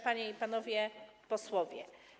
Panie i Panowie Posłowie!